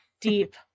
deep